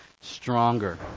stronger